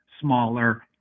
smaller